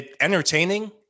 entertaining